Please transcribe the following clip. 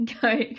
Go